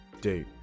Date